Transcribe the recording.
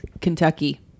Kentucky